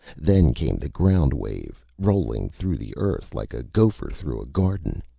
then came the ground wave, rolling through the earth like a gopher through a garden.